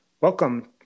Welcome